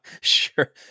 Sure